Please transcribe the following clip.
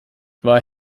war